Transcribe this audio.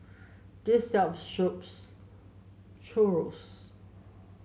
this shop sells Chorizo